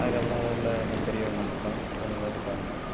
அதுக்கப்புறம் ஊரில் இந்த பெரியவங்க மட்டும் கொஞ்ச பேர் இருப்பாங்கள்